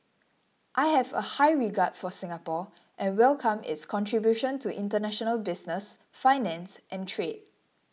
I have a high regard for Singapore and welcome its contribution to international business finance and trade